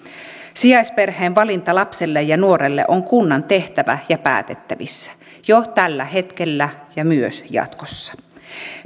sijaisperheen valinta lapselle ja nuorelle on kunnan tehtävä ja päätettävissä jo tällä hetkellä ja myös jatkossa